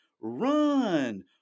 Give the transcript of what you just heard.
Run